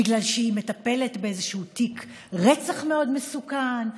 בגלל שהיא מטפלת בתיק רצח מאוד מסוכן?